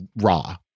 raw